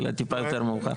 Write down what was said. אלא טיפה יותר מאוחר.